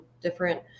different